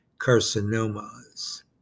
carcinomas